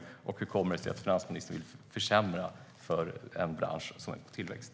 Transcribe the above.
För det andra: Hur kommer det sig att finansministern vill försämra för en bransch som är på tillväxt?